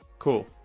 cool